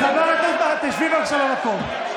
חברת הכנסת, תשבי בבקשה במקום.